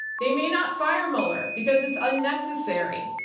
they may not fire mueller because it's unnecessary.